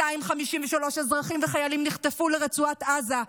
253 אזרחים וחיילים נחטפו לרצועת עזה,